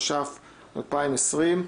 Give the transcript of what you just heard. התש"ף-2020.